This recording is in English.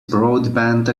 broadband